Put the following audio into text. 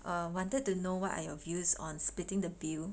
I wanted to know what are your views on splitting the bill